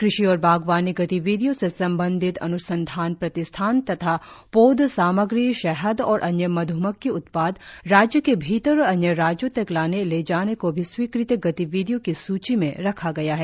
कृषि और बागवानी गतिविधियों से संबंधित अन्संधान प्रतिष्ठान तथा पौध सामग्री शहद और अन्य मध्मक्खी उत्पाद राज्य के भीतर और अन्य राज्यों तक लाने ले जाने को भी स्वीकृत गतिविधियों की सुची में रखा गया है